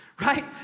right